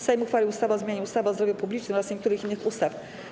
Sejm uchwalił ustawę o zmianie ustawy o zdrowiu publicznym oraz niektórych innych ustaw.